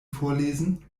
vorlesen